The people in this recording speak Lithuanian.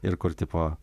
ir kur tipo